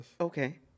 Okay